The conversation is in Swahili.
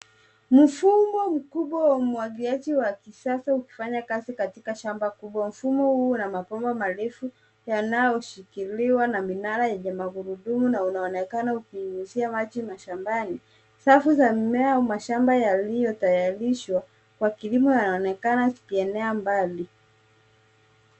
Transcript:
Mfumo mkubwa wa umwagiliaji wa kisasa ukifanya kazi katika shamba kubwa. Mfumo huu una mabomba marefu yanayoshikiliwa na minara yenye magurudumu na unaonekana ukinyunyuzia maji mashambani. Safu za mimea au mashamba yaliyotayarishwa kwa kilimo yanaonekana zikienea mbali.